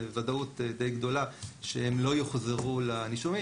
בוודאות די גדולה הם לא יחזרו לנישומים,